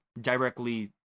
directly